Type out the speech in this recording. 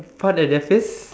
put at their face